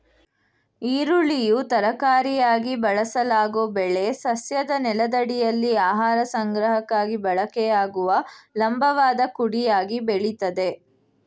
ಈರುಳ್ಳಿಯು ತರಕಾರಿಯಾಗಿ ಬಳಸಲಾಗೊ ಬೆಳೆ ಸಸ್ಯದ ನೆಲದಡಿಯಲ್ಲಿ ಆಹಾರ ಸಂಗ್ರಹಕ್ಕಾಗಿ ಬಳಕೆಯಾಗುವ ಲಂಬವಾದ ಕುಡಿಯಾಗಿ ಬೆಳಿತದೆ